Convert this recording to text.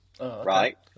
right